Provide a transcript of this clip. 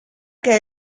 que